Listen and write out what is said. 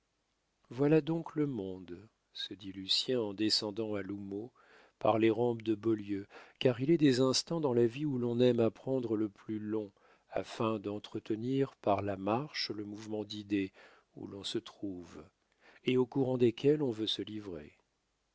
voilà donc le monde se dit lucien en descendant à l'houmeau par les rampes de beaulieu car il est des instants dans la vie où l'on aime à prendre le plus long afin d'entretenir par la marche le mouvement d'idées où l'on se trouve et au courant desquelles on veut se livrer